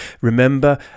Remember